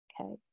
okay